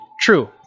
True